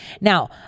Now